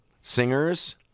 singers